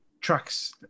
Trucks